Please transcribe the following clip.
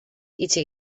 itxi